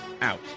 out